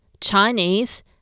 Chinese